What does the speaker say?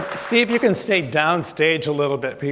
see if you can stay down stage a little bit.